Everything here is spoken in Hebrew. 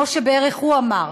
כמו שהוא בערך אמר,